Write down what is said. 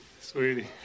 Sweetie